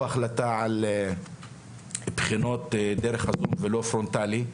החלטה על בחינות דרך הזום ולא פרונטלי.